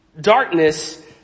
darkness